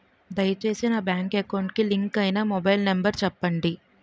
దయచేసి నా bank account కి లింక్ అయినా మొబైల్ నంబర్ చెప్పండి